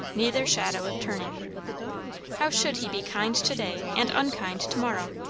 neither shadow of turning how should he be kind to-day and unkind to-morrow?